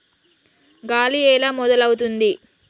గాలి ఎలా మొదలవుతుంది?